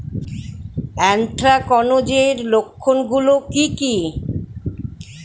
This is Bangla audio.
এ্যানথ্রাকনোজ এর লক্ষণ গুলো কি কি?